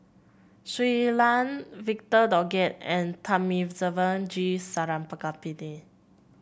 Shui Lan Victor Doggett and Thamizhavel G Sarangapani